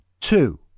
Two